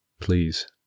Please